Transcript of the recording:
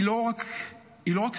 היא לא רק סיפור,